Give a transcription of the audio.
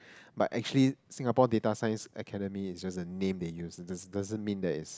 but actually Singapore-data-science-Academy is just a name they use it doesn't mean like